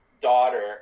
daughter